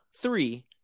three